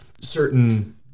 certain